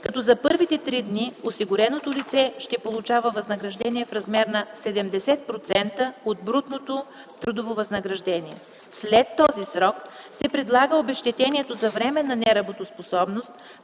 като за първите три дни осигуреното лице ще получава възнаграждение в размер на 70% от брутното трудово възнаграждение. След този срок се предлага обезщетението за временна неработоспособност